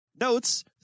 notes